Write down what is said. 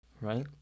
Right